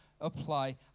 apply